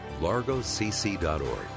largocc.org